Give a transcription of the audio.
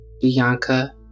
Bianca